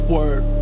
Word